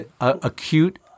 acute